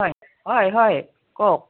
হয় হয় হয় কওক